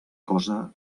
cosa